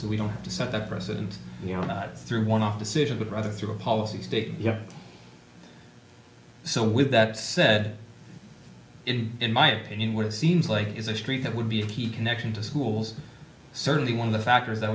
so we don't have to set a precedent you know not through one off decision but rather through a policy statement so with that said in my opinion what it seems like is a street that would be a key connection to schools certainly one of the factors that